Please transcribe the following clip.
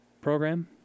program